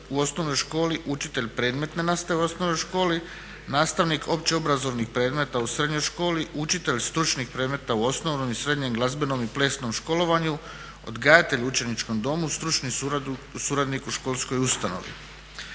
u osnovnoj školi, učitelj predmetne nastave u osnovnoj školi, nastavnik općeobrazovnih predmeta u srednjoj školi, učitelj stručnih predmeta u osnovnom i srednjem glazbenom i plesnom školovanju, odgajatelj u učeničkom domu, stručni suradnik u školskoj ustanovi.